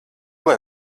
lai